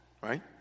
right